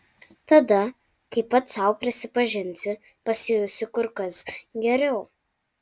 tada kai pats sau tai prisipažinsi pasijausi kur kas geriau